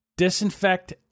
disinfect